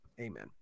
Amen